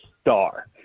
star